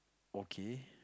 okay